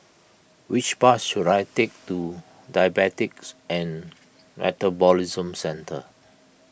which bus should I take to Diabetes and Metabolism Centre